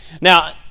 Now